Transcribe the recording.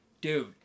dude